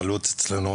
העלות אצלנו,